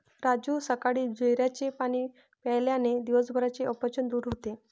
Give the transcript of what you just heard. राजू सकाळी जिऱ्याचे पाणी प्यायल्याने दिवसभराचे अपचन दूर होते